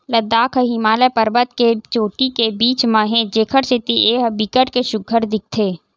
लद्दाख ह हिमालय परबत के चोटी के बीच म हे जेखर सेती ए ह बिकट के सुग्घर दिखथे